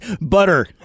butter